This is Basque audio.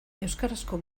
euskarazko